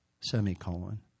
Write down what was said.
semicolon